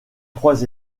trois